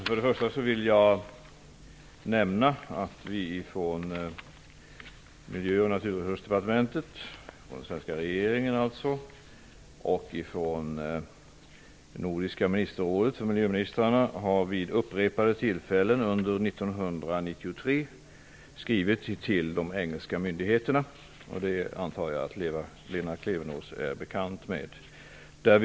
Fru talman! Miljö och naturresursdepartementet, dvs. den svenska regeringen, och Nordiska ministerrådet har vid upprepade tillfällen under år 1993 skrivit till de engelska myndigheterna. Jag antar att Lena Klevenås känner till det.